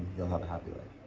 you'll have a happy life.